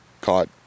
caught